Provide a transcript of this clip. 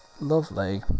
Lovely